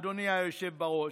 אדוני היושב-ראש,